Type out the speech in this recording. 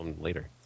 later